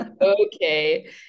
okay